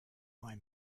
line